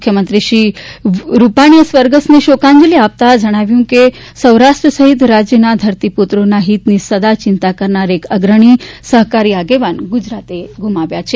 મુખ્યમંત્રી શ્રી વિજયભાઇ રૂપાણીએ સ્વર્ગસ્થને શોકાંજલી આપતા જણાવ્યું કે સૌરાષ્ટ્ર સહિત રાજ્યના ધરતીપુત્રોના હિતની સદાય ચિંતા કરનારા એક અગ્રણી સહકારી આગેવાન ગુજરાતે ગુમાવ્યા છે